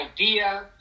idea